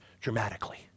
dramatically